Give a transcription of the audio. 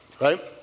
right